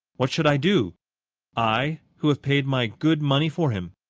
what should i do i, who have paid my good money for him?